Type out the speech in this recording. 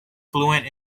fluent